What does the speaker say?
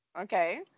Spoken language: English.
Okay